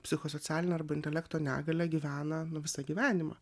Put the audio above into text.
psichosocialine arba intelekto negalia gyvena nu visą gyvenimą